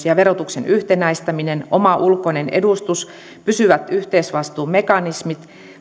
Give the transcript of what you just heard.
ja verotuksen yhtenäistäminen oma ulkoinen edustus pysyvät yhteisvastuumekanismit